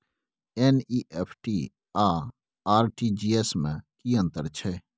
NEFT आ RTGS में की अन्तर छै?